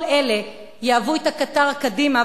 כל אלה ייקחו את הקטר קדימה,